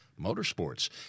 motorsports